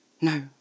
No